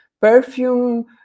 perfume